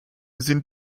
sind